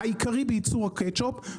העיקרי בייצור הקטשופ,